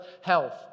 health